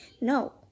No